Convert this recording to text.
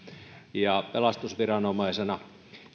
pelastusviranomaisena